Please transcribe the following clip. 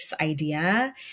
idea